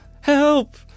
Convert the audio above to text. Help